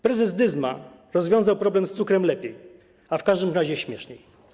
Prezes Dyzma rozwiązał problem z cukrem lepiej, a w każdym razie śmieszniej.